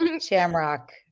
shamrock